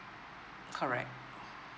correct